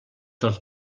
dels